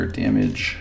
damage